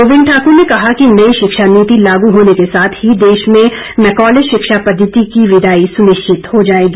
गोविन्द ठाकुर ने कहा कि नई शिक्षा नीति लागू होने के साथ ही देश से मैकॉले शिक्षा पद्धति की विदाई सुनिश्चित हो जाएगी